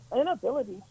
inability